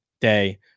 day